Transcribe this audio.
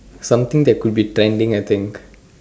something that could be trending I think